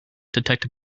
detected